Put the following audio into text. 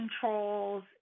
controls